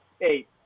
eight